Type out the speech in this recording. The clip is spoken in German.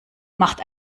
macht